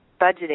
budgeting